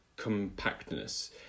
compactness